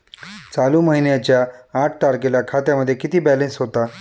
चालू महिन्याच्या आठ तारखेला खात्यामध्ये किती बॅलन्स होता?